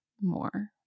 more